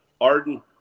Arden